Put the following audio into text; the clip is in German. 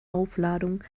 aufladung